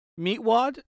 Meatwad